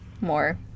more